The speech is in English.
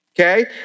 okay